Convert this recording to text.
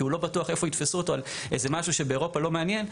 כי הוא לא בטוח איפה יתפסו אותו על איזה משהו שבאירופה לא מעניין,